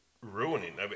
ruining